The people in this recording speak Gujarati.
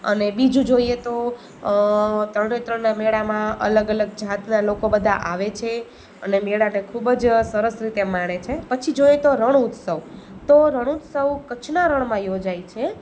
અને બીજું જોઈએ તો તરણેતરના મેળામાં અલગ અલગ જાતનાં લોકો બધાં આવે છે અને મેળાને ખૂબ જ સરસ રીતે માણે છે પછી જોઈએ તો રણ ઉત્સવ તો રણ ઉત્સવ કચ્છનાં રણમાં યોજાય છે